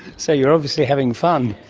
so you're obviously having fun.